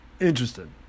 interested